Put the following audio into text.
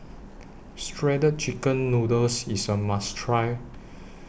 Shredded Chicken Noodles IS A must Try